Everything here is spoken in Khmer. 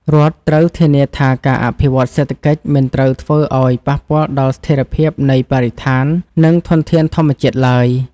រដ្ឋត្រូវធានាថាការអភិវឌ្ឍសេដ្ឋកិច្ចមិនត្រូវធ្វើឱ្យប៉ះពាល់ដល់ស្ថិរភាពនៃបរិស្ថាន និងធនធានធម្មជាតិឡើយ។